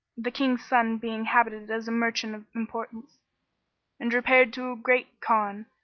the king's son being habited as a merchant of importance and repaired to a great khan,